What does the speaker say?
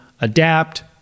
adapt